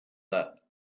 that